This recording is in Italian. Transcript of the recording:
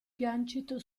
piancito